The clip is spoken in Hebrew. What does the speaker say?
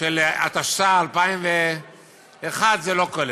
של התשס"א 2001 זה לא כולל.